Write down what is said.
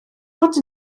ond